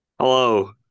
Hello